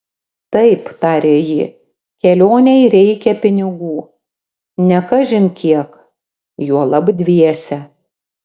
taip tarė ji kelionei reikia pinigų ne kažin kiek juolab dviese